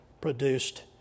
produced